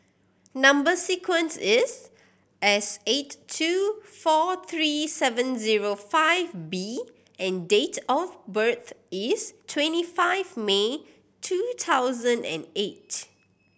number sequence is S eight two four three seven zero five B and date of birth is twenty five May two thousand and eight